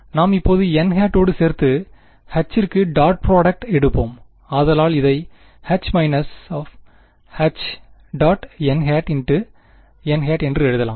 நாம் இப்பொழுது n ஓடு சேர்த்து H இற்கு டாட் புரொடக்ட் எடுப்போம் ஆதலால் இதை H−H·nn என்று எழுதலாம்